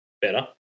Better